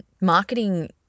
marketing